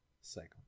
cycle